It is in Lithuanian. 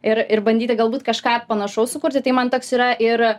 ir ir bandyti galbūt kažką panašaus sukurti tai man toks yra ir